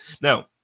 now